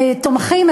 כשתומכים,